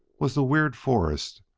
was the weird forest,